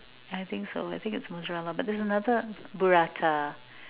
I think so I think it's mozzarella but there's another burrata